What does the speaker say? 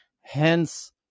Hence